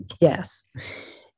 yes